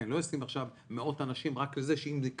כי אני לא אשים עכשיו מאות אנשים רק למצב שאם זה יקרה,